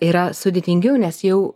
yra sudėtingiau nes jau